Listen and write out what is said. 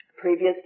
previous